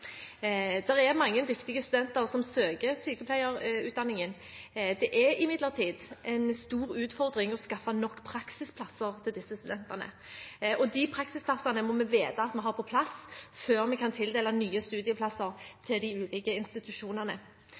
er mange dyktige studenter som søker sykepleierutdanningen. Det er imidlertid en stor utfordring å skaffe nok praksisplasser til disse studentene, og de praksisplassene må vi vite at vi har på plass, før vi kan tildele nye studieplasser til de ulike institusjonene.